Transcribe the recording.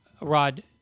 Rod